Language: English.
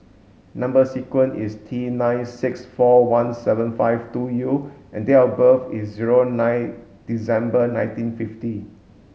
number sequence is T nine six four one seven five two U and date of birth is zero nine December nineteen fifty